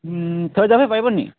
থৈ যাব পাৰিবনি